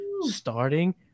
starting